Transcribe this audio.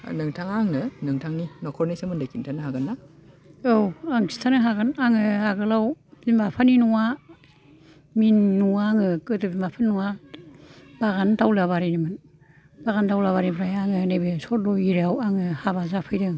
नोथाङा आंनो नोंथांनि नखरनि सोमोन्दै खिन्थानो हागोन ना औ आं खिथानो हागोन आङो आगोलाव बिमा बिफानि न'आ मेन न'आ आङो गोदो बिमा बिफानि न'आ बागान दावलाबारिमोन बागान दावलाबारिनिफ्राय आङो नैबो सरल' एरियायाव आङो हाबा जाफैदों